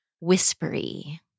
whispery